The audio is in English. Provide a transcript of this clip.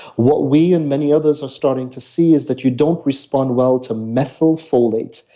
what we in many others are starting to see is that you don't respond well to methylfolate.